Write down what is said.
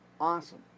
awesome